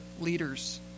leaders